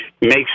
makes